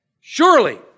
Surely